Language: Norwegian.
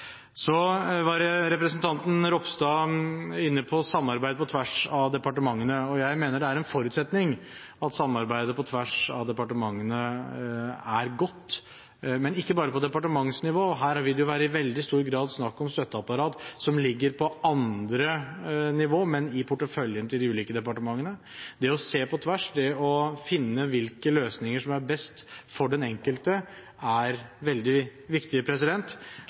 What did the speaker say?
Så var representanten Ropstad inne på samarbeid på tvers av departementene. Jeg mener det er en forutsetning at samarbeidet på tvers av departementene er godt – men ikke bare på departementsnivå. Her vil det jo i veldig stor grad være snakk om støtteapparat som ligger på andre nivå, men i porteføljen til de ulike departementene. Det å se på tvers, det å finne hvilke løsninger som er best for den enkelte, er veldig